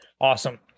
Awesome